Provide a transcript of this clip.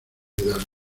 hidalgo